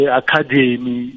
academy